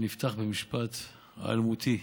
אני אפתח במשפט האלמותי: